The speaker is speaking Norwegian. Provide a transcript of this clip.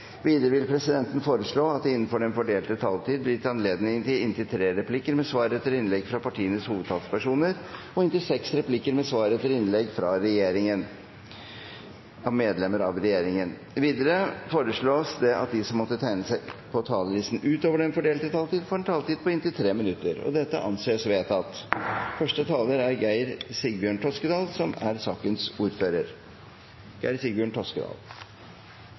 Videre vil presidenten foreslå at det – innenfor den fordelte taletid – blir gitt anledning til inntil tre replikker med svar etter innlegg fra partienes hovedtalspersoner og inntil seks replikker med svar etter innlegg fra medlemmer av regjeringen. Videre foreslås det at de som måtte tegne seg på talerlisten utover den fordelte taletid, får en taletid på inntil 3 minutter. – Det anses vedtatt,